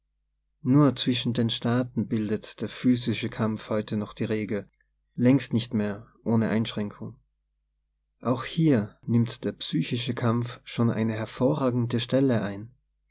nur zwischen den staaten bildet der physische kampf heute noch die regel längst nicht mehr ohne einschränkung auch hier nimmt der psychische kampf schon eine hervorragende stelle ein